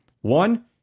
One